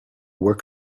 work